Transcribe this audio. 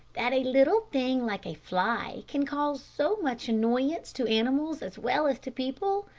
that a little thing like a fly, can cause so much annoyance to animals as well as to people?